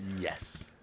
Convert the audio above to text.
Yes